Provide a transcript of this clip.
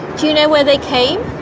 do you know where they came?